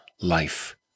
life